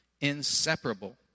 inseparable